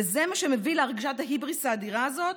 וזה מה שמביא להרגשת ההיבריס האדירה הזאת,